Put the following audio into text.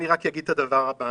אני רק אגיד את הדבר הבא.